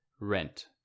rent